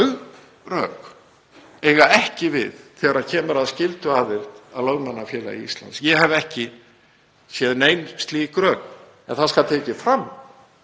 rök eiga ekki við þegar kemur að skylduaðild að Lögmannafélagi Íslands. Ég hef ekki séð nein slík rök. Það skal tekið fram